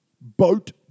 boat